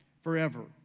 forever